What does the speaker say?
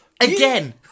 Again